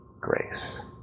grace